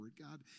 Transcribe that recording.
God